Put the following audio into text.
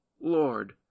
Lord